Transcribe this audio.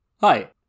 Hi